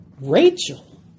Rachel